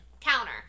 counter